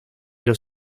los